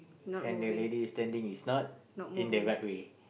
and the lady standing is not in the right way